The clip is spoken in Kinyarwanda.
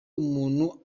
umuntu